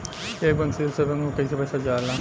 एक बैंक से दूसरे बैंक में कैसे पैसा जाला?